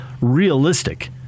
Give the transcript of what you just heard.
realistic